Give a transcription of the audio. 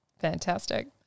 Fantastic